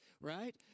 right